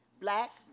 Black